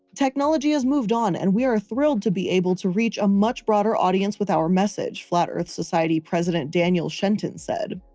technology has moved on and we are thrilled to be able to reach a much broader audience with our message, flat earth society president daniel shenton said.